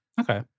okay